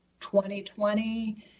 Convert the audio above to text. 2020